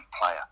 player